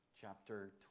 chapter